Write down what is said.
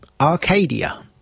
Arcadia